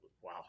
Wow